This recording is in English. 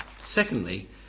Secondly